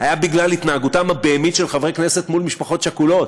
בגלל התנהגותם הבהמית של חברי כנסת מול משפחות שכולות,